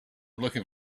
looking